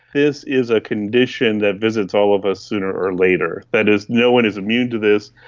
is is a condition that visits all of us sooner or later. that is, no one is immune to this.